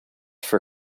for